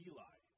Eli